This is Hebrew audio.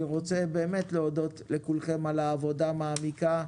אני רוצה באמת להודות לכולכם על העבודה המעמיקה.